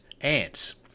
ants